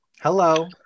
Hello